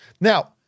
Now